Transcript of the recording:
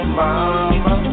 mama